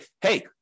hey